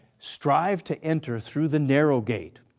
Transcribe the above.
strive to enter through the narrow gate,